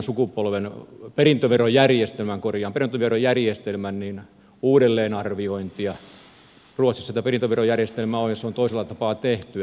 ruotsissa tätä perintöverojärjestelmää ei ole ja se on toisella tapaa tehty